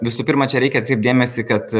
visų pirma čia reikia atkreipt dėmesį kad